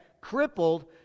crippled